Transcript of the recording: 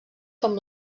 com